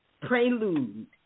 Prelude